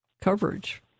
coverage